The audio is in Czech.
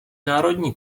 národní